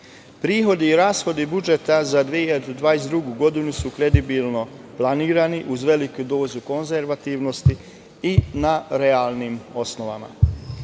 Prihodi i rashodi budžeta za 2022. godinu su kredibilno planirani, uz veliku dozu konzervativnosti i na realnim osnovama. Predlog